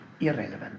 irrelevant